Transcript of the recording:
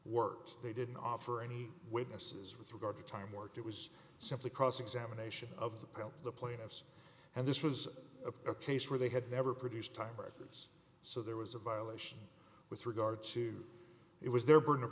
worked they didn't offer any witnesses with regard to time work it was simply cross examination of the pro the plaintiffs and this was a case where they had never produced time records so there was a violation with regard to it was their burden of